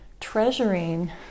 treasuring